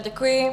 Děkuji.